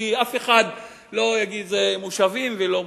כי אף אחד לא יגיד: זה מושבים ולא מושבים.